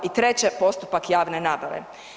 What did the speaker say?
I treće, postupak javne nabave.